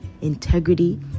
integrity